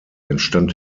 entstand